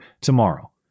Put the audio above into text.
tomorrow